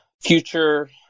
future